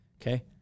Okay